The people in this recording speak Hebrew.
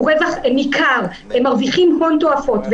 הם מרוויחים הון תועפות.